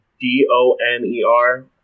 D-O-N-E-R